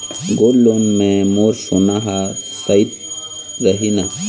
Gold loan मे मोर सोना हा सइत रही न?